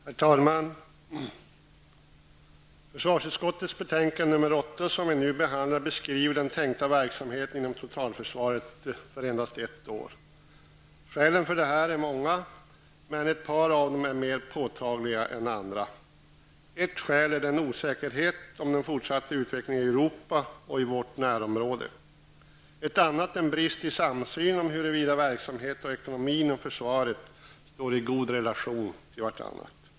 Herr talman! Försvarsutskottets betänkande nr 8, som vi nu behandlar, beskriver den tänkta verksamheten inom totalförsvaret för endast ett år. Skälen för detta är många, men ett par av dem är mer påtagliga än andra. Ett skäl är osäkerheten när det gäller den fortsatta utvecklingen i Europa och i vårt närområde. Ett annat är den brist i samsyn om huruvida verksamhet och ekonomi inom försvaret står i god relation till varandra.